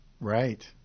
Right